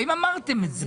האם אמרתם את זה?